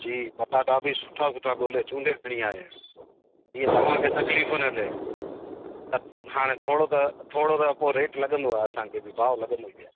जी पटाटा बि सुठा सुठा ॻोल्हे चूंडे खणी आया आहिनि जीअं तव्हांखे तकलीफ़ु न थिए त हाणे थोरो त थोरो त पोइ रेट लॻंदो आहे असांखे बि भाव लॻंदो ई आहे